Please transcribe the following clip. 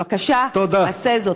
בבקשה, עשה זאת.